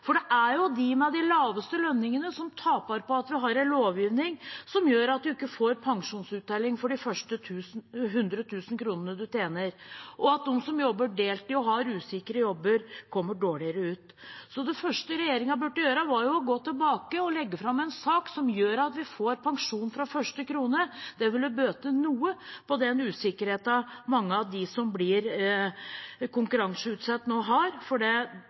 For det er jo de med de laveste lønningene som taper på at vi har en lovgivning som gjør at man ikke får pensjonsuttelling for de første 100 000 kr man tjener, og de som jobber deltid og har usikre jobber, kommer dårligere ut. Det første regjeringen burde gjøre, er å gå tilbake og legge fram en sak som gjør at vi får pensjon fra første krone. Det ville bøte noe på den usikkerheten mange av de som blir konkurranseutsatt, nå har,